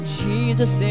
jesus